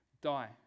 die